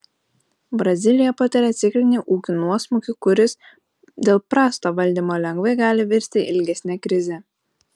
brazilija patiria ciklinį ūkio nuosmukį kuris dėl prasto valdymo lengvai gali virsti ilgesne krize